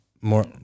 More